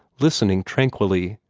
listening tranquilly,